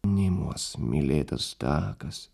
nimuos mylėtas takas